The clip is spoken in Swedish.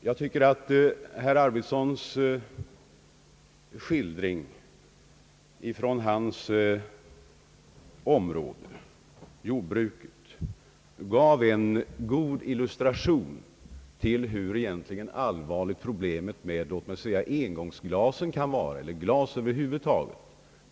Jag tycker att herr Arvidsons skildring från hans område — jordbruket — mycket klart visade hur allvarligt det kan vara med tanklöst bortkastade engångsglas och glas över huvud taget.